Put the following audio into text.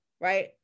Right